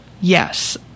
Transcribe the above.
yes